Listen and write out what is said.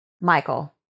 michael